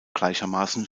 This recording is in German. gleichermaßen